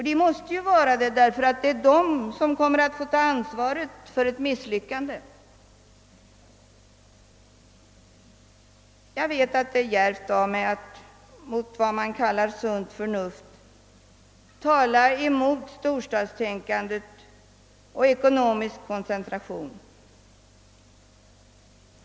De måste ju vara det, ty det är de som kommer att få ta ansvaret för ett misslyckande. Jag vet att det är djärvt av mig att mot vad man kallar sunt förnuft tala emot storstadstänkande och ekonomisk koncentration.